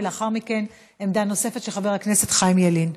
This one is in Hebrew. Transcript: ולאחר מכן עמדה נוספת של חבר הכנסת חיים ילין.